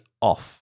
off